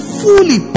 fully